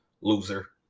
loser